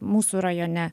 mūsų rajone